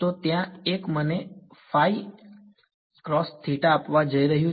તો ત્યાં એક મને આપવા જઈ રહ્યું છે